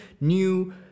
new